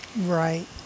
Right